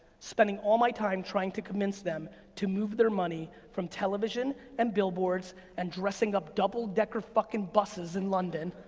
spending all my time trying to convince them to move their money from television and billboards and dressing up double-decker fucking buses in london,